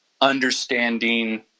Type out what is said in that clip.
understanding